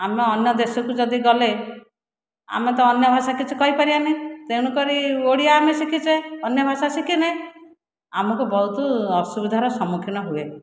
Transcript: ଆମେ ଅନ୍ୟ ଦେଶକୁ ଯଦି ଗଲେ ଆମେ ତ ଅନ୍ୟ ଭାଷା କିଛି କହିପାରିବା ନାହିଁ ତେଣୁ କରି ଓଡ଼ିଆ ଆମେ ଶିଖିଛେ ଅନ୍ୟ ଭାଷା ଶିଖିନାହେଁ ଆମକୁ ବହୁତ ଅସୁବିଧାର ସମ୍ମୁଖୀନ ହୁଏ